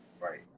right